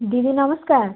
ଦିଦି ନମସ୍କାର